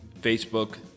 Facebook